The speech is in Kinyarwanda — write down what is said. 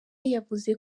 yavuze